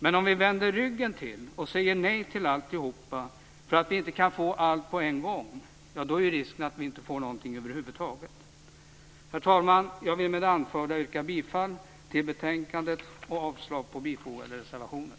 Men om vi vänder ryggen till och säger nej till alltihop för att vi inte kan få allt på en gång är risken att vi inte får någonting över huvud taget. Herr talman! Jag vill med det anförda yrka bifall till utskottets hemställan och avslag på bifogade reservationer.